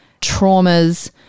traumas